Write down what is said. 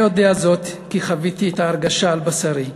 אני יודע זאת כי חוויתי את ההרגשה על בשרי.